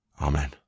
Amen